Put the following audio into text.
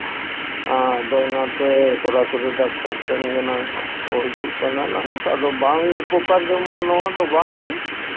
ᱟᱫᱚ ᱚᱱᱟᱛᱮ ᱥᱚᱨᱟᱥᱚᱨᱤ ᱰᱟᱠᱛᱟᱨ ᱴᱷᱮᱱ ᱜᱮᱱᱟᱝ ᱦᱟᱸᱜ ᱠᱚ ᱦᱤᱡᱩᱜ ᱠᱟᱱᱟ ᱱᱟᱝ ᱟᱫᱚ ᱵᱟᱝ ᱩᱯᱚᱠᱟᱨ ᱧᱟᱢᱚᱜᱼᱟ ᱱᱚᱣᱟ ᱫᱚ ᱵᱟᱝ ᱱᱟᱝ